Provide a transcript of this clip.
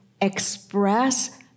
express